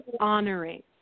honoring